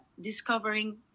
discovering